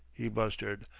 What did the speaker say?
he blustered.